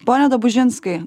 pone dabužinskai